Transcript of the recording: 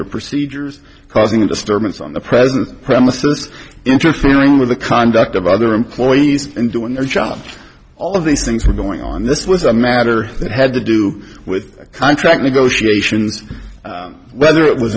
or procedures causing a disturbance on the present premises interfering with the conduct of other employees and doing their job all of these things were going on this was a matter that had to do with contract negotiations whether it was